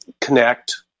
connect